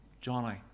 Johnny